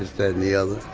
this that and the other.